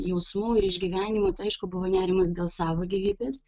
jausmų ir išgyvenimų tai aišku buvo nerimas dėl savo gyvybės